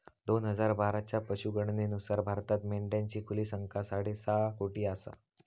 दोन हजार बाराच्या पशुगणनेनुसार भारतात मेंढ्यांची खुली संख्या साडेसहा कोटी आसा